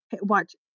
watch